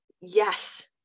yes